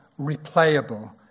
replayable